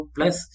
Plus